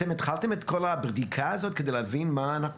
התחלתם את הבדיקה הזאת כדי להבין מה אנחנו